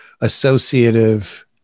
associative